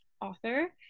author